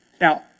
Now